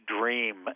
dream